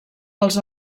pels